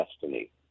destiny